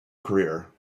career